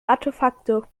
artefakte